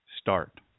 start